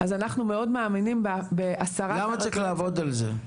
אנחנו מאוד מאמינים בהסרת --- למה צריך לעבוד על זה?